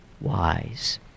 wise